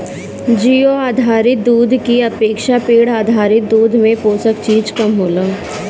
जीउ आधारित दूध की अपेक्षा पेड़ आधारित दूध में पोषक चीज कम होला